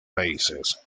raíces